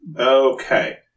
Okay